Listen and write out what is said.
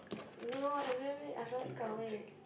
no no no I very very I very gao wei